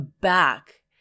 back